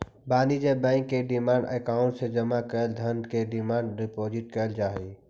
वाणिज्य बैंक के demand account में जमा कैल धन के डिमांड डिपॉजिट कहल जा हई